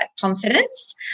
confidence